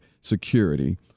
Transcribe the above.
security